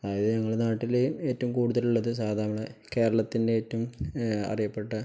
അതായത് ഞങ്ങളുടെ നാട്ടില് ഏറ്റവും കൂടുതലുള്ളത് സാധാരണ കേരളത്തിൻ്റെ ഏറ്റവും അറിയപ്പെട്ട